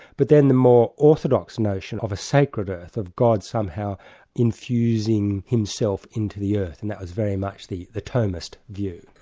but then the more orthodox notion of a sacred earth, of god somehow infusing himself into the earth, and that was very much the the thomist view.